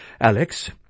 Alex